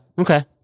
Okay